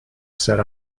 said